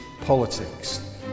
politics